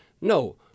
no